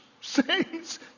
Saints